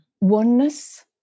oneness